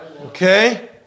Okay